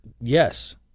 Yes